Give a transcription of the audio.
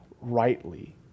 rightly